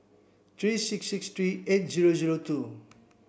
three six six three eight zero zero two